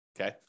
okay